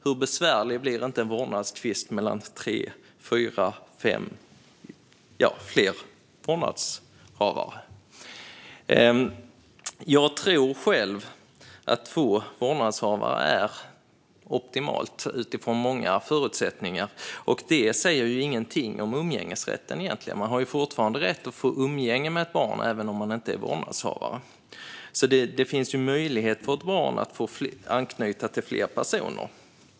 Hur besvärlig blir inte en vårdnadstvist mellan tre, fyra, fem eller fler vårdnadshavare? Jag tror själv att två vårdnadshavare är optimalt utifrån många förutsättningar. Och det säger ju egentligen ingenting om umgängesrätten. Man har fortfarande rätt till umgänge med ett barn även om man inte är vårdnadshavare. Det finns möjlighet för ett barn att anknyta till fler personer.